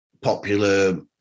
popular